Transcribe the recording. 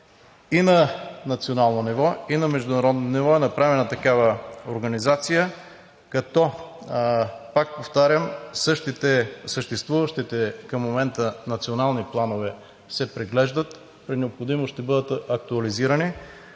И на национално ниво, и на международно ниво е направена такава организация, като, пак повтарям, съществуващите към момента национални планове се преглеждат и при необходимост ще бъдат актуализирани.